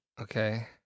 Okay